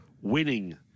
winning